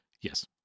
Yes